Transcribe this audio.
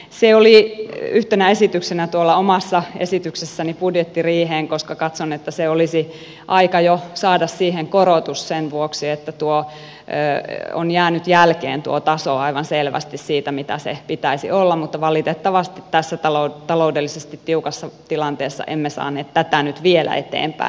se oli yhtenä esityksenä tuolla omassa esityksessäni budjettiriiheen koska katson että olisi aika jo saada siihen korotus sen vuoksi että tuo taso on jäänyt jälkeen aivan selvästi siitä mitä sen pitäisi olla mutta valitettavasti tässä taloudellisesti tiukassa tilanteessa emme saaneet tätä nyt vielä eteenpäin